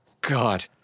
God